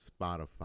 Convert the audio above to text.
Spotify